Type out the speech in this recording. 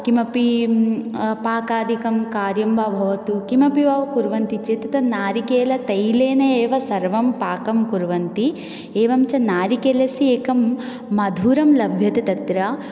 किमपि पाकादिकं कार्यं वा भवतु किमपि वा कुर्वन्ति चेत् तत् नारिकेलतैलेन एव सर्वं पाकं कुर्वन्ति एवञ्च नारिकेलस्य एकं मधुरं लभ्यते तत्र